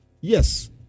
yes